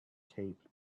taped